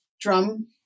drum